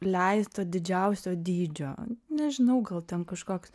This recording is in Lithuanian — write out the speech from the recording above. leisto didžiausio dydžio nežinau gal ten kažkoks